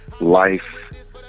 life